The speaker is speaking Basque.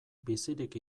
bizirik